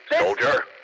Soldier